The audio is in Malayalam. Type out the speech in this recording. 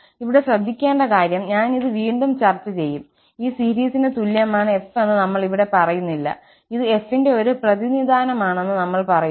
ഇവിടെ ശ്രദ്ധിക്കേണ്ട കാര്യം ഞാൻ ഇത് വീണ്ടും ചർച്ച ചെയ്യും ഈ സീരീസിന് തുല്യമാണ് f എന്ന് നമ്മൾ ഇവിടെ പറയുന്നില്ല ഇത് f ന്റെ ഒരു പ്രതിനിധാനമാണെന്ന് നമ്മൾ പറയുന്നു